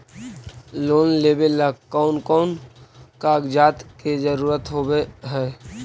Loan लेबे ला कौन कौन कागजात के जरुरत होबे है?